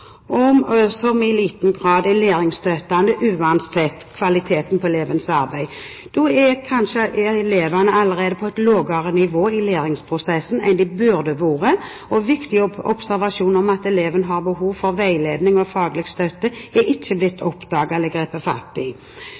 som i liten grad er læringsstøttende, uansett kvaliteten på elevens arbeid. Da er kanskje eleven allerede på et lavere nivå i læringsprosessen enn man burde være, og viktig observasjon om at eleven har behov for veiledning og faglig støtte er ikke blitt oppdaget eller grepet fatt i,